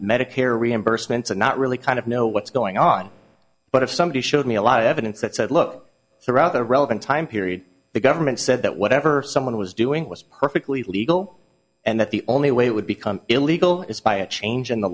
medicare reimbursements and not really kind of know what's going on but if somebody showed me a lot of evidence that said look throughout the relevant time period the government said that whatever someone was doing was perfectly legal and that the only way it would become illegal is by a change in the